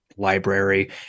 library